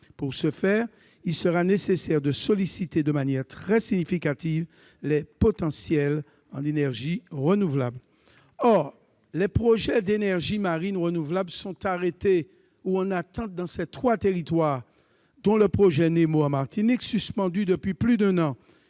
Pour ce faire, il sera nécessaire de solliciter de manière très significative les potentiels en énergies renouvelables. Or les projets d'énergies marines renouvelables sont arrêtés ou en attente dans ces trois territoires, dont le projet NEMO en Martinique, suspendu depuis plus d'un an.